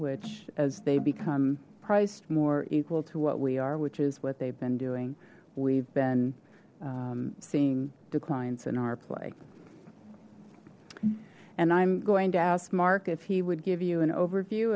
which as they become priced more equal to what we are which is what they've been doing we've been seeing declines in our play and i'm going to ask mark if he would give you an overview